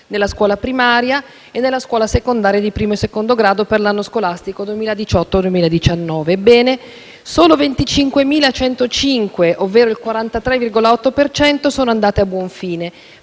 nella scuola primaria e nella scuola secondaria di primo e secondo grado per l'anno scolastico 2018-2019. Ebbene, solo 25.105 (ovvero il 43,8 per cento) sono andate a buon fine,